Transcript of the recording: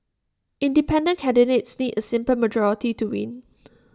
independent candidates need A simple majority to win